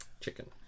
Chicken